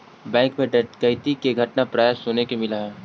bank मैं डकैती के घटना प्राय सुने के मिलऽ हइ